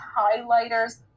highlighters